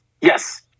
Yes